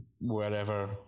wherever